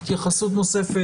התייחסות נוספת?